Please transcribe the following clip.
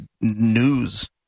news